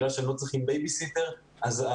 בגלל שהם לא צריכים בייבי-סיטר החשיבות